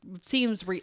seems